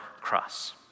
cross